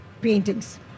paintings